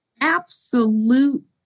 absolute